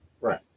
Right